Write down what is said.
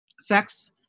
sex